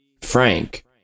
frank